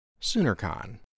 SoonerCon